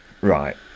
Right